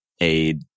aid